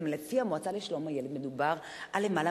לפי המועצה לשלום הילד מדובר על למעלה